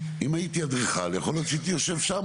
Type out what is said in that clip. אם הייתי אדריכל יכול להיות שהייתי יושב שם.